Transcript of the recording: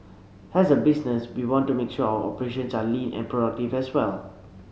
as a business we want to make sure our operations are lean and productive as well